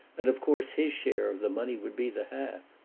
and of course his share of the money would be the half.